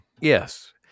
Yes